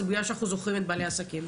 זה בגלל שאנחנו זוכרים את בעלי העסקים,